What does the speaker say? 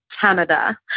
Canada